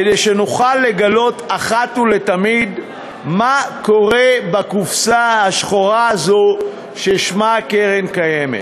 כדי שנוכל לגלות אחת ולתמיד מה קורה בקופסה השחורה הזאת ששמה קרן קיימת.